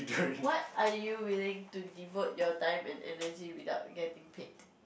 what are you willing to devote your time and energy without getting paid